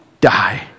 die